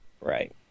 Right